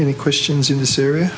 any questions in this area